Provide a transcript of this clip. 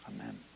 Amen